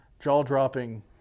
jaw-dropping